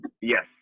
Yes